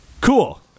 Cool